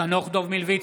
נגד חנוך דב מלביצקי,